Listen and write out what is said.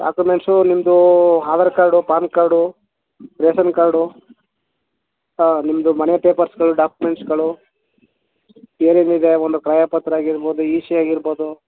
documents ನಿಮ್ಮದು Aadhaar card PAN card ration card ನಿಮ್ಮದು ಮನೆ ಪೇಪರ್ಸ್ಗಳು ಡಾಕ್ಮೆಂಟ್ಸ್ಗಳು ಏನೇನು ಇದೆ ಒಂದು ಕ್ರಯ ಪತ್ರ ಆಗಿರ್ಬೊದು ಇ ಶಿ ಆಗಿರ್ಬೋದು